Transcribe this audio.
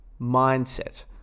mindset